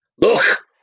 Look